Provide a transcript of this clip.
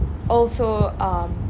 also um